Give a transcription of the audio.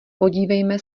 podívejme